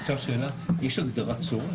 יש הגדרת צורך?